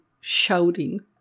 shouting